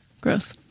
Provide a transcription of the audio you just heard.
Gross